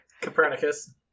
Copernicus